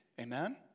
Amen